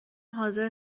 حاضر